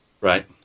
right